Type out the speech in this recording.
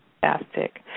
fantastic